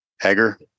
Hager